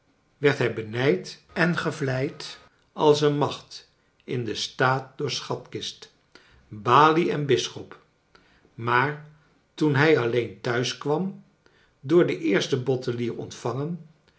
werd hij benijd en gevleid als een macht in den staat door schatkist ralie en bisschop maar toen hij alleen thuis kwam door den eersten bottelier ontvangen